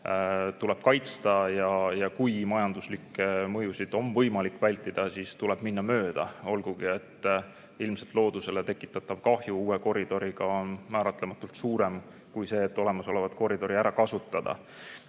tuleb kaitsta, ja kui majanduslikke mõjusid on võimalik vältida, siis tuleb minna mööda, olgugi et ilmselt loodusele tekitatav kahju uue koridoriga on määratlematult suurem kui see, et olemasolevat koridori ära kasutada.